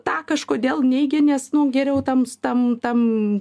tą kažkodėl neigia nes nu geriau tams tam tam